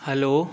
hello